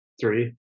three